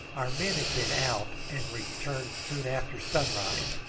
our men had been out and returned soon after sunrise,